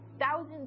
Thousands